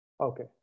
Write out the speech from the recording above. okay